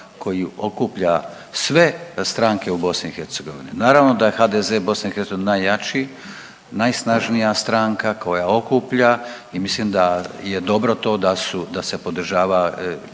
koji okuplja sve stranke u BiH. Naravno da je HDZ BiH najjači, najsnažnija stranka koja okuplja i mislim da je dobro to da se podržava